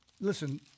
Listen